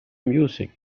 music